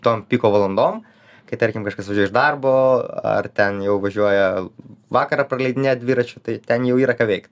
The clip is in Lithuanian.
tom piko valandom kai tarkim kažkas iš darbo ar ten jau važiuoja vakarą praleidinėja dviračiu tai ten jau yra ką veikt